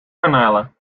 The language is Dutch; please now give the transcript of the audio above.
garnalen